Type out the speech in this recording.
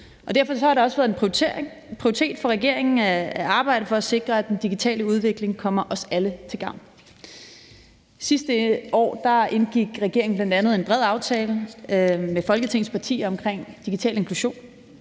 Derfor har det også været en prioritet for regeringen at arbejde for at sikre, at den digitale udvikling kommer os alle til gavn. Sidste år indgik regeringen bl.a. en bred aftale med Folketingets partier omkring digital inklusion.